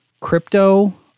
crypto –